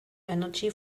energy